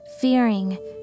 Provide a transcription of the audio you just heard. fearing